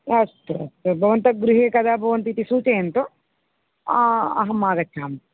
अस्तु अस्तु भवन्तः गृहे कदा भवन्ति इति सूचयन्तु अहम् आगच्छामि